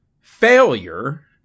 failure